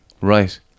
right